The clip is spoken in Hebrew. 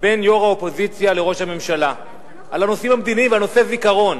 בין יו"ר האופוזיציה לראש הממשלה על הנושאים המדיניים ועל נושא זיכרון.